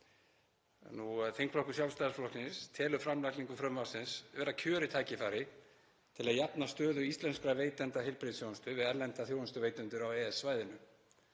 Þingflokkur Sjálfstæðisflokksins telur framlagningu frumvarpsins vera kjörið tækifæri til að jafna stöðu íslenskra veitenda heilbrigðisþjónustu við erlenda þjónustuveitendur á EES-svæðinu